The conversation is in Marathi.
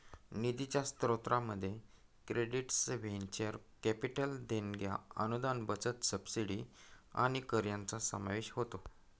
निधीच्या स्त्रोतांमध्ये क्रेडिट्स व्हेंचर कॅपिटल देणग्या अनुदान बचत सबसिडी आणि कर यांचा समावेश होतो